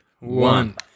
One